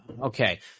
Okay